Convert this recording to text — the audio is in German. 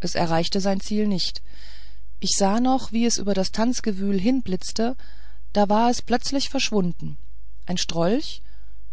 es erreichte sein ziel nicht ich sah noch wie es über das tanzgewühl hinblitzte da war es plötzlich verschwunden ein strolch